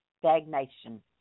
stagnation